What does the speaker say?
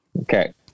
Okay